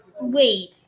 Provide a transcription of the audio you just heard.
Wait